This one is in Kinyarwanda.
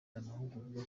amahugurwa